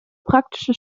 praktische